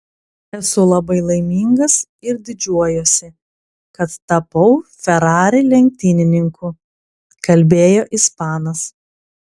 esu labai laimingas ir didžiuojuosi kad tapau ferrari lenktynininku kalbėjo ispanas